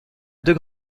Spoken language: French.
deux